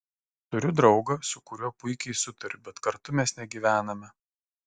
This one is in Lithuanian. turiu draugą su kuriuo puikiai sutariu bet kartu mes negyvename